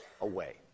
away